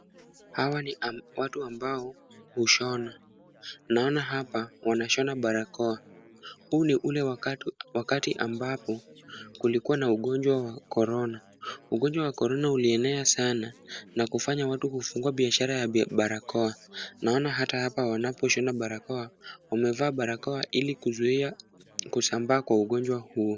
Hawa ni watu ambao hushona. Naona hapa wanashona barakoa. Huu ni ule wakati ambapo kulikua na ugonjwa wa korona. Ugonjwa wa korona ulienea sana na kufanya watu kufungua biashara ya barakoa. Naona hata hapa wanaposhona barakoa, wamevaa barakoa ili kuzuia kusambaa kwa ugonjwa huo.